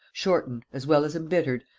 shortened, as well as embittered,